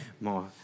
more